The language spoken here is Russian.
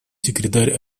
секретарь